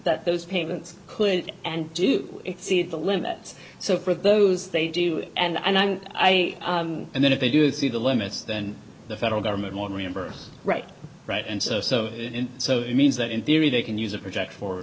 that those payments could and do see the limits so for those they do it and i'm i and then if they do see the limits then the federal government more reimburse right right and so so so it means that in theory they can use a project for